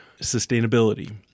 sustainability